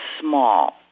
small